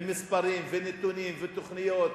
ומספרים, ונתונים, ותוכניות,